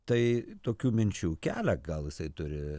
tai tokių minčių kelia gal jisai turi